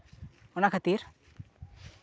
ᱚᱱᱟ ᱠᱷᱟᱹᱛᱤᱨ